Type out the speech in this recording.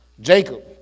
Jacob